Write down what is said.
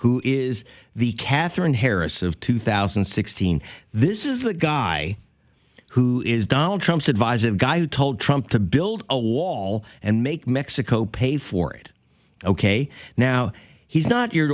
who is the katherine harris of two thousand and sixteen this is the guy who is donald trump's advisor of guy who told trump to build a wall and make mexico pay for it ok now he's not your